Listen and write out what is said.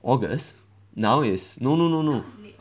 august now is no no no no no